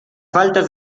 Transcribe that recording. faltas